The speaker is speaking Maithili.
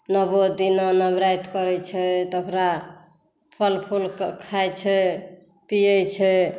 नवो दिना नवराति करै छै तकरा फल फूल खाइ छै पियै छै